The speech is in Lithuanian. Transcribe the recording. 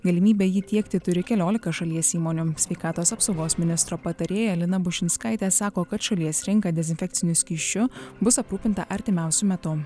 galimybė jį tiekti turi keliolika šalies įmonių sveikatos apsaugos ministro patarėja lina bušinskaitė sako kad šalies rinka dezinfekciniu skysčiu bus aprūpinta artimiausiu metu